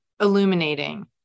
illuminating